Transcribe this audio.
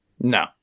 No